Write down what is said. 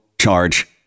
charge